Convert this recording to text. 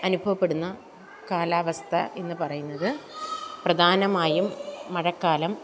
അനുഭവപ്പെടുന്ന കാലാവസ്ഥ എന്ന് പറയുന്നത് പ്രധാനമായും മഴക്കാലം